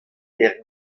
berr